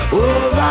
over